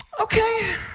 Okay